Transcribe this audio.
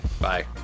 Bye